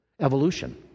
Evolution